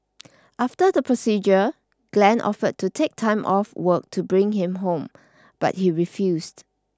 after the procedure Glen offered to take time off work to bring him home but he refused